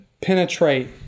penetrate